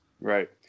Right